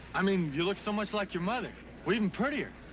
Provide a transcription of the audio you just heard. i mean, you look so much like your mother. well, even prettier!